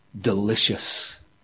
delicious